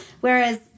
Whereas